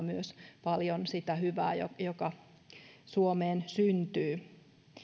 myös rahoittamaan paljon sitä hyvää mitä suomeen syntyy